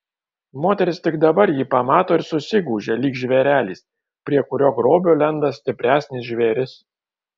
moteris tik dabar jį pamato ir susigūžia lyg žvėrelis prie kurio grobio lenda stipresnis žvėris